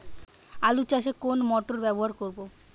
আলু চাষে কোন মোটর ব্যবহার করব?